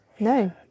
No